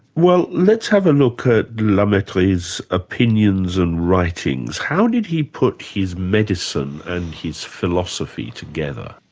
well let's have a look at la mettrie's opinions and writings. how did he put his medicine and his philosophy together?